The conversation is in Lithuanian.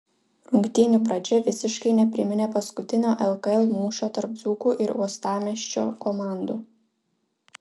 rungtynių pradžia visiškai nepriminė paskutinio lkl mūšio tarp dzūkų ir uostamiesčio komandų